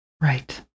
Right